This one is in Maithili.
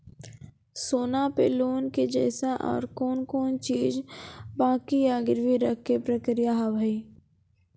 सोना पे लोन के जैसे और कौन कौन चीज बंकी या गिरवी रखे के प्रक्रिया हाव हाय?